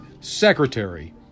secretary